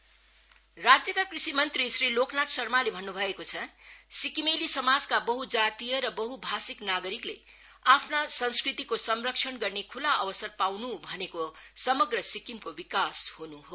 Namsoong festival west राज्यका कृषि मंत्री श्री लोकनाथ शर्माले भन्न भएको छ सिक्किमेली समाजका बहजातीय र बह्न भाषिक नागरिकले आफ्ना सस्कृतिको संरक्षण गर्ने खुला अवसर पाउनु भनेको समग्र सिक्किमको विकास हुनु हो